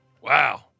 Wow